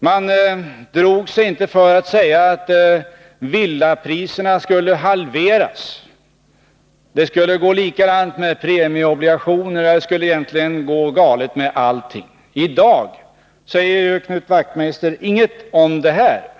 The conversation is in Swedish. Man drog sig inte för att säga att villapriserna skulle halveras. Det skulle gå likadant med premieobligationer, och det skulle egentligen gå galet med allting. I dag säger Knut Wachtmeister ingenting om det här.